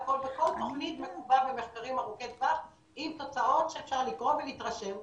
וכל תוכנית מגובה במחקרים ארוכי טווח עם תוצאות שאפשר לקרוא ולהתרשם.